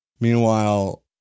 Meanwhile